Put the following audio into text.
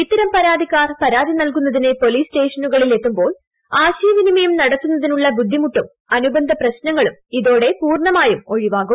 ഇത്തരം പരാതിക്കാർ പരാതി നൽകുന്നതിന് പോലീസ് സ്റ്റേഷനുകളിൽ എത്തുമ്പോൾ ആശയവിനിമയം നടത്തുന്നതിനുള്ള ബുദ്ധിമുട്ടും അനുബന്ധപ്രശ്നങ്ങളും ഇതോടെ പൂർണ്ണമായും ഒഴിവാകും